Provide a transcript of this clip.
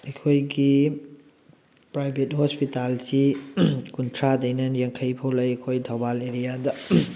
ꯑꯩꯈꯣꯏꯒꯤ ꯄ꯭ꯔꯥꯏꯚꯦꯠ ꯍꯣꯁꯄꯤꯇꯥꯜꯁꯤ ꯀꯨꯟꯊ꯭ꯔꯥꯗꯩꯅ ꯌꯥꯡꯈꯩꯐꯧ ꯂꯩ ꯑꯩꯈꯣꯏ ꯊꯧꯕꯥꯜ ꯑꯦꯔꯤꯌꯥꯗ